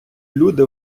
люди